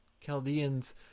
Chaldeans